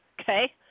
Okay